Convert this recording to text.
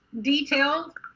detailed